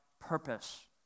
purpose